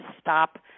stop